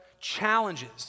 challenges